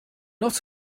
not